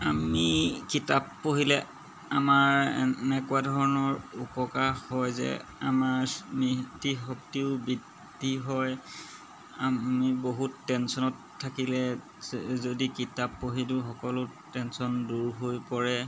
আমি কিতাপ পঢ়িলে আমাৰ এনেকুৱা ধৰণৰ উপকাৰ হয় যে আমাৰ স্মৃতি শক্তিও বৃদ্ধি হয় আমি বহুত টেনশ্যনত থাকিলে যদি কিতাপ পঢ়ি দিওঁ সকলো টেনশ্যন দূৰ হৈ পৰে